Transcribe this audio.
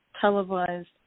televised